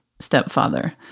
stepfather